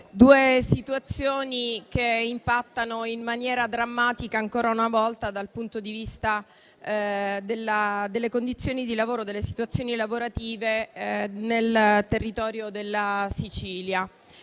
due situazioni che impattano in maniera drammatica, ancora una volta, dal punto di vista delle condizioni di lavoro nel territorio della Sicilia.